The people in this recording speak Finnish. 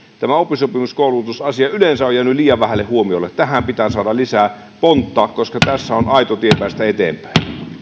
tämä oppisopimuskoulutusasia yleensä on jäänyt liian vähälle huomiolle niin tähän pitää saada lisää pontta koska tässä on aito tie päästä eteenpäin